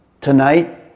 Tonight